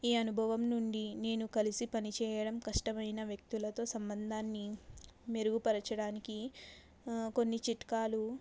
ఈ అనుభవం నుండి నేను కలిసి పనిచేయడం కష్టమైన వ్యక్తులతో సంబంధాన్ని మెరుగు పరచడానికి కొన్ని చిట్కాలు